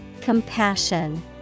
Compassion